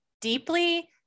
deeply